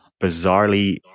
bizarrely